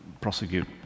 prosecute